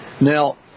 Now